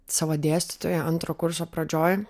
savo dėstytojui antro kurso pradžioj